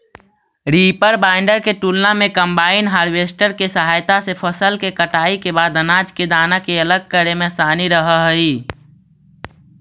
reaper binder के तुलना में कम्बाइन हार्वेस्टर के सहायता से फसल के कटाई के बाद अनाज के दाना के अलग करे में असानी रहऽ हई